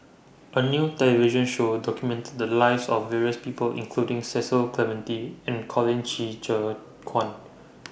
A New television Show documented The Lives of various People including Cecil Clementi and Colin Qi Zhe Quan